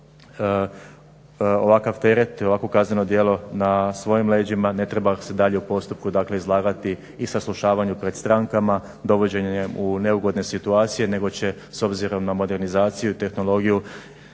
ovakvo kazneno djelo na svojim leđima ne treba se dalje u postupku dakle izlagati i saslušavanju pred strankama da uvođenjem u neugodne situacije nego će s obzirom na modernizaciju i tehnologiju